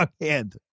hand